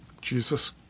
Jesus